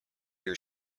your